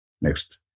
Next